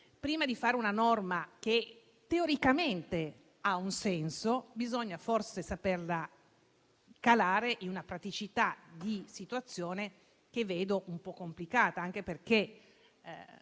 Prima di fare una norma che teoricamente ha un senso, bisogna forse saperla calare nella pratica in situazioni che vedo un po' complicate. Ricordo